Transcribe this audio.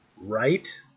Right